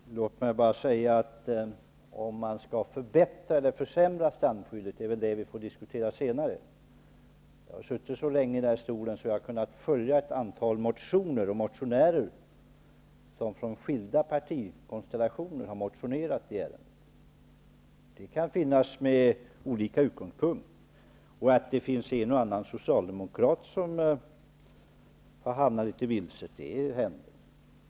Herr talman! Låt mig bara säga att om man skall förbättra eller försämra strandskyddet är något som vi får diskutera senare. Jag har suttit så länge på den här stolen att jag har kunnat följa ett antal motioner och motionärer som utifrån skilda partikonstellationer har motionerat i ärendet. Det kan finnas olika utgångspunkter. Att en och annan socialdemokrat hamnar litet vilse, det händer.